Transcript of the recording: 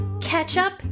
Ketchup